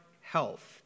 health